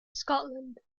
scotland